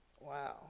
Wow